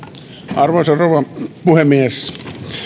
arvoisa rouva puhemies